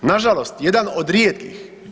Nažalost, jedan od rijetkih.